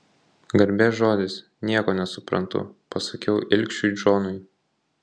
garbės žodis nieko nesuprantu pasakiau ilgšiui džonui